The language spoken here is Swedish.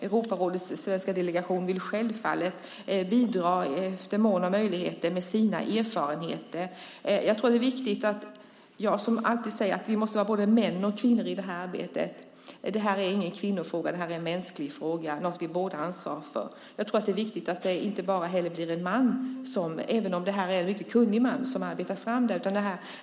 Europarådets svenska delegation vill självfallet bidra efter mål och möjligheter med sina erfarenheter. Vi måste ha både män och kvinnor i det här arbetet. Det här är ingen kvinnofråga utan en mänsklig fråga som både män och kvinnor har ansvar för. Det är också viktigt att det inte bara blir en man - även om det är en kunnig man - som arbetar med handlingsplanen.